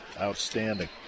Outstanding